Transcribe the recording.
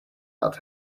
out